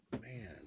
Man